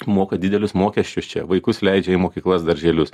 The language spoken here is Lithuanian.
moka didelius mokesčius čia vaikus leidžia į mokyklas darželius